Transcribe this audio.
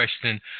question